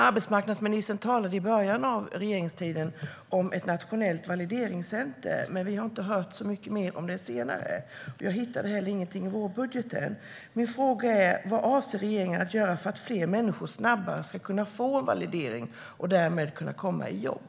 Arbetsmarknadsministern talade i början av regeringstiden om ett nationellt valideringscenter, men vi har inte hört så mycket mer om det senare. Jag hittade inte heller någonting i vårbudgeten. Vad avser regeringen att göra för att fler människor snabbare ska få en validering och därmed komma i jobb?